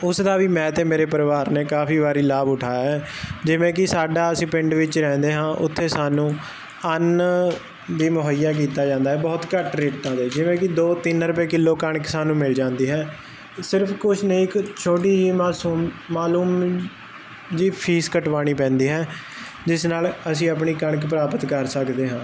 ਉਸਦਾ ਵੀ ਮੈਂ ਤੇ ਮੇਰੇ ਪਰਿਵਾਰ ਨੇ ਕਾਫੀ ਵਾਰੀ ਲਾਭ ਉਠਾਇਆ ਹੈ ਜਿਵੇਂ ਕੀ ਸਾਡਾ ਅਸੀਂ ਪਿੰਡ ਵਿੱਚ ਰਹਿੰਦੇ ਹਾਂ ਉੱਥੇ ਸਾਨੂੰ ਅਨ ਵੀ ਮੁਹੱਈਆ ਕੀਤਾ ਜਾਂਦਾ ਬਹੁਤ ਘੱਟ ਰੇਟਾਂ ਤੇ ਜਿਵੇਂ ਕੀ ਦੋ ਤਿੰਨ ਰੁਪਏ ਕਿੱਲੋ ਕਣਕ ਸਾਨੂੰ ਮਿਲ ਜਾਂਦੀ ਹੈ ਸਿਰਫ ਕੁਛ ਨਹੀਂ ਇੱਕ ਛੋਟੀ ਜੀ ਮਾਸੂਮ ਮਾਲੂਮ ਜੀ ਫੀਸ ਕਟਵਾਣੀ ਪੈਂਦੀ ਹੈ ਜਿਸ ਨਾਲ ਅਸੀਂ ਆਪਣੀ ਕਣਕ ਪ੍ਰਾਪਤ ਕਰ ਸਕਦੇ ਹਾਂ